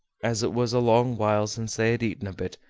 as it was a long while since they had eaten a bit,